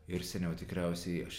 ir seniau tikriausiai aš